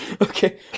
okay